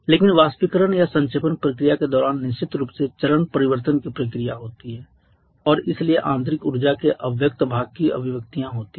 लेकिन वाष्पीकरण या संक्षेपण प्रक्रिया के दौरान निश्चित रूप से चरण परिवर्तन की प्रक्रिया होती है और इसलिए आंतरिक ऊर्जा के अव्यक्त भाग की अभिव्यक्तियाँ होती हैं